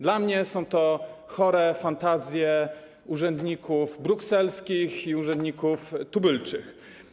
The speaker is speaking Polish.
Dla mnie są to chore fantazje urzędników brukselskich i urzędników tubylczych.